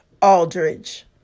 Aldridge